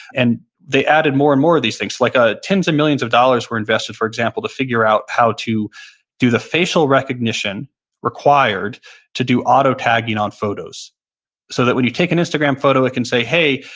and they added more and more of these things. like ah tens of millions of dollars were invested, for example, to figure out how to do the facial recognition required to do auto-tagging on photos so that when you take an instagram photo, it can say, hey,